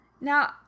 Now